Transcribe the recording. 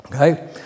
Okay